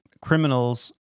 criminals